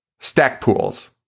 Stackpools